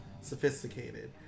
sophisticated